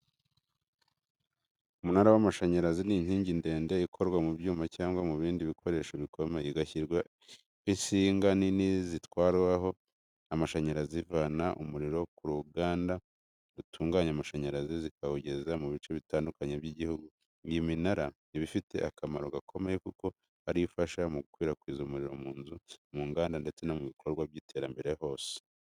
Umunara w’amashanyarazi ni inkingi ndende ikorwa mu byuma cyangwa mu bindi bikoresho bikomeye, igashyirwaho insinga nini zitwara amashanyarazi zivana umuriro ku ruganda rutunganya amashanyarazi zikawugeza mu bice bitandukanye by’igihugu. Iyo minara iba ifite akamaro gakomeye kuko ari yo ifasha mu gukwirakwiza umuriro mu nzu, mu nganda ndetse no mu bikorwa by’iterambere byose.